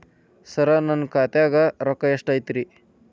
ಸರ ನನ್ನ ಖಾತ್ಯಾಗ ರೊಕ್ಕ ಎಷ್ಟು ಐತಿರಿ?